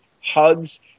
hugs